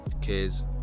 kids